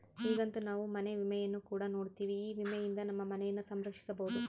ಈಗಂತೂ ನಾವು ಮನೆ ವಿಮೆಯನ್ನು ಕೂಡ ನೋಡ್ತಿವಿ, ಈ ವಿಮೆಯಿಂದ ನಮ್ಮ ಮನೆಯನ್ನ ಸಂರಕ್ಷಿಸಬೊದು